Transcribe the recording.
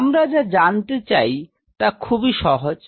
আমরা যা জানতে চাই তা খুবই সহজ